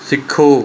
ਸਿੱਖੋ